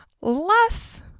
less